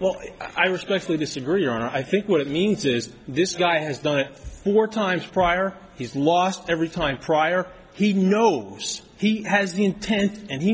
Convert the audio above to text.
well i respectfully disagree on i think what it means is this guy has done it four times prior he's lost every time prior he knows he has the intent and he